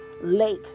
lake